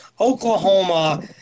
Oklahoma